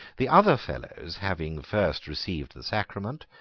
the other fellows, having first received the sacrament,